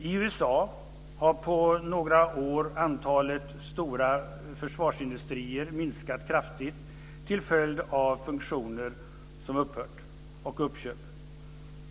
I USA har på några år antalet stora försvarsindustrier minskat kraftigt till följd av fusioner och uppköp.